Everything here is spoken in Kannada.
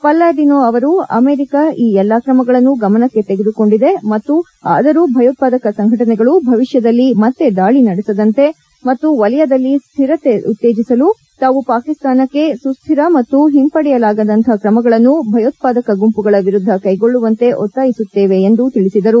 ಪಲ್ಲಾಡಿನೋ ಅವರು ಅಮೆರಿಕಾ ಈ ಎಲ್ಲ ತ್ರಮಗಳನ್ನು ಗಮನಕ್ಕೆ ತೆಗೆದುಕೊಂಡಿದೆ ಮತ್ತು ಆದರೂ ಭಯೋತ್ಪಾದಕ ಸಂಘಟನೆಗಳು ಭವಿಷ್ಣದಲ್ಲಿ ಮತ್ತೆ ದಾಳಿ ನಡೆಸದಂತೆ ಮತ್ತು ವಲಯದಲ್ಲಿ ಸ್ವಿರತೆ ಉತ್ತೇಜಿಸಲು ನಾವು ಪಾಕಿಸ್ತಾನಕ್ಕೆ ಸುಸ್ವಿರ ಮತ್ತು ಹಿಂಪಡೆಯಲಾಗದಂಥ ಕ್ರಮಗಳನ್ನು ಭಯೋತ್ಪಾದಕ ಗುಂಪುಗಳ ವಿರುದ್ದ ಕೈಗೊಳ್ಳುವಂತೆ ಒತ್ತಾಯಿಸುತ್ತೇವೆ ಎಂದು ತಿಳಿಸಿದರು